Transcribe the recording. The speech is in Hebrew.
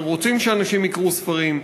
אנחנו רוצים שאנשים יקראו ספרים,